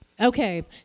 Okay